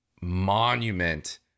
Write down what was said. monument